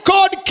God